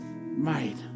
mate